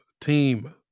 Team